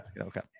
Okay